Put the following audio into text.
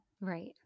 Right